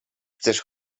chcesz